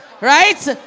Right